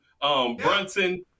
Brunson